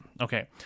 Okay